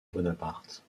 bonaparte